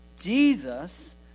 Jesus